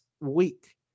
week